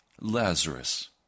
Lazarus